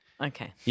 Okay